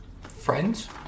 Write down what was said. friends